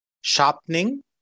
sharpening